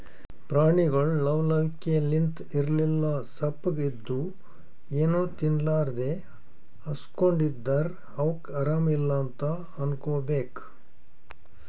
ಪ್ರಾಣಿಗೊಳ್ ಲವ್ ಲವಿಕೆಲಿಂತ್ ಇರ್ಲಿಲ್ಲ ಸಪ್ಪಗ್ ಇದ್ದು ಏನೂ ತಿನ್ಲಾರದೇ ಹಸ್ಕೊಂಡ್ ಇದ್ದರ್ ಅವಕ್ಕ್ ಆರಾಮ್ ಇಲ್ಲಾ ಅನ್ಕೋಬೇಕ್